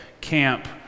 camp